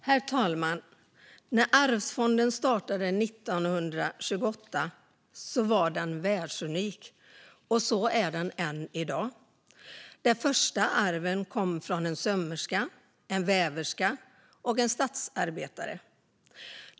Herr talman! När Arvsfonden startade 1928 var den världsunik och är så än i dag. De första arven kom från en sömmerska, en väverska och en stadsarbetare.